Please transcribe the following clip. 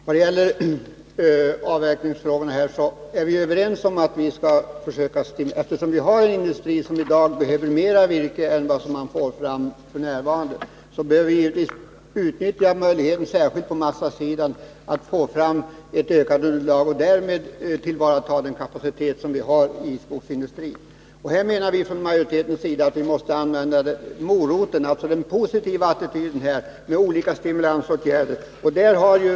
Herr talman! Vad gäller avverkningsfrågorna är vi överens om att vi, eftersom vår industri i dag behöver mer virke än som f. n. går att få fram, bör utnyttja möjligheterna — särskilt på massasidan — för att få ett ökat underlag och för att därmed kunna tillvarata den kapacitet som finns inom skogsindustrin. Här menar vi från utskottsmajoritetens sida att ”moroten”, alltså den positiva attityden när det gäller olika stimulansåtgärder, måste komma till användning.